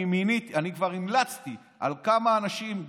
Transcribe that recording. אני כבר המלצתי על כמה אנשים,